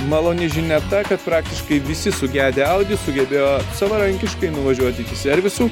maloni žinia ta kad praktiškai visi sugedę audi sugebėjo savarankiškai nuvažiuoti iki servisų